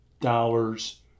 dollars